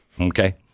Okay